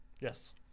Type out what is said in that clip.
Yes